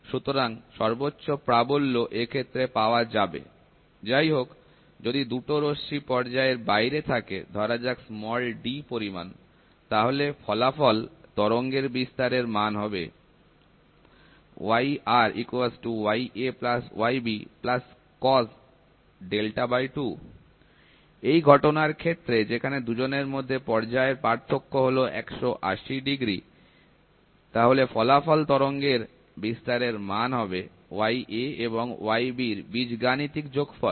সুতরাং সর্বোচ্চ প্রাবল্য এক্ষেত্রে পাওয়া যাবে যাই হোক যদি দুটো রশ্মি পর্যায়ের বাইরে থাকে ধরা যাক d পরিমাণ তাহলে ফলাফল তরঙ্গের বিস্তারের মান হবে এই ঘটনার ক্ষেত্রে যেখানে দুজনের মধ্যে পর্যায় পার্থক্য হল 180° তাহলে ফলাফল তরঙ্গের বিস্তারের মান হবে yaএবং yb বীজগাণিতিক যোগফল